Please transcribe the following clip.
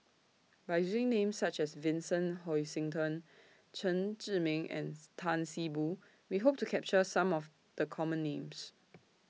By using Names such as Vincent Hoisington Chen Zhiming and Tan See Boo We Hope to capture Some of The Common Names